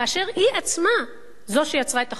כאשר היא עצמה זו שיצרה את החוב.